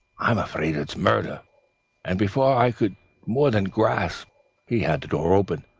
i'm afraid it's murder and before i could more than gasp he had the door open,